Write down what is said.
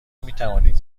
میتوانید